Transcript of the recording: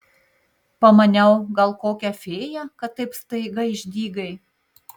pamaniau gal kokia fėja kad taip staiga išdygai